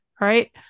right